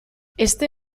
heste